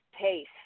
pace